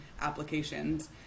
applications